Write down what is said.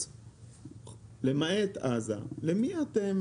מעזה: למעט עזה, למי אתם